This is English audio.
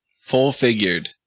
Full-figured